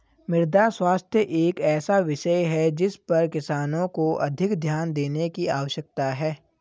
मृदा स्वास्थ्य एक ऐसा विषय है जिस पर किसानों को अधिक ध्यान देने की आवश्यकता है